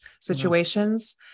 situations